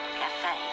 cafe